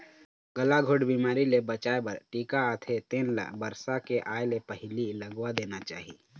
गलाघोंट बिमारी ले बचाए बर टीका आथे तेन ल बरसा के आए ले पहिली लगवा देना चाही